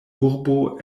urbo